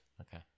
Okay